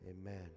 amen